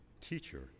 Teacher